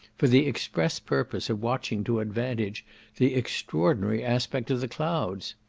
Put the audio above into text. for the express purpose of watching to advantage the extraordinary aspect of the clouds.